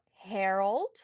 Harold